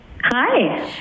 Hi